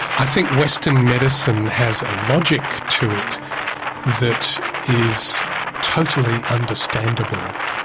i think western medicine has a logic to it that is totally understandable.